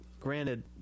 granted